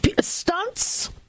stunts